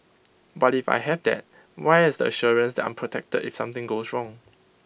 but if I have that where is the assurance that I'm protected if something goes wrong